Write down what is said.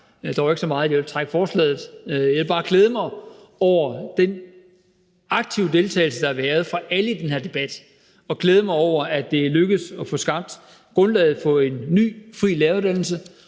Jeg vil bare glæde mig over den aktive deltagelse, der har været fra alles side i den her debat, og jeg vil glæde mig over, at det er lykkedes at få skabt grundlaget for en ny, fri læreruddannelse,